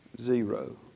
Zero